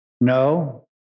No